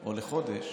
או לחודש